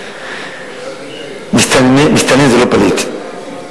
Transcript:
מסתנן זה לא פליט.